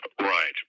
Right